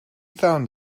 found